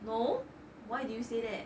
no why do you say that